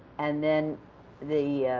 and then the